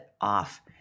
off